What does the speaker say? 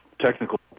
technical